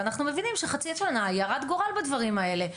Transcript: ואנחנו מבינים שחצי שנה היא הרת גורל בדברים האלה,